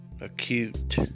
acute